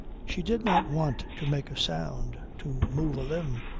she did not want to make a sound, to move a limb.